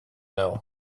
know